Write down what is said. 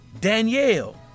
Danielle